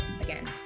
again